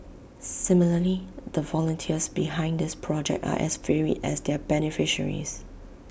similarly the volunteers behind this project are as varied as their beneficiaries